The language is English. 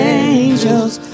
angels